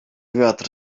wiatr